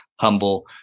humble